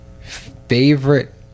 Favorite